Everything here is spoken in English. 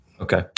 Okay